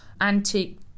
antique